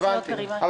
אנחנו